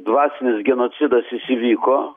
dvasinis genocidas jis įvyko